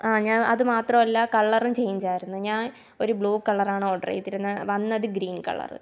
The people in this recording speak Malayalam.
ആ ഞാൻ അത് മാത്രമല്ല കളറും ചേഞ്ച് ആയിരുന്നു ഞാൻ ഒരു ബ്ലൂ കളറാണ് ഓർഡർ ചെയ്തിരുന്നത് വന്നത് ഗ്രീൻ കളറ്